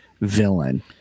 villain